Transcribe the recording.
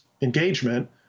engagement